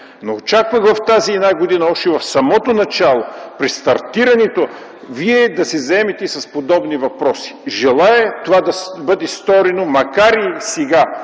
Очаквах в тази една година още в самото начало, при стартирането, Вие да се заемете с подобни въпроси. Желая това да бъде сторено, макар и сега.